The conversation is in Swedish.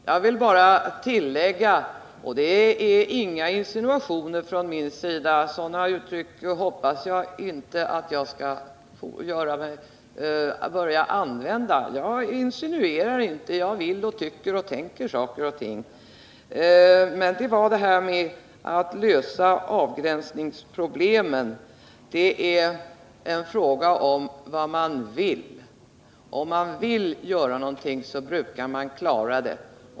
Jag vill bara tillägga — och det är ingen insinuation från min sida, jag insinuerar inte, utan jag vill och jag tycker och jag tänker saker och ting — att frågan om att lösa avgränsningsproblemen är en fråga om att vilja. Om man vill göra någonting brukar man klara det.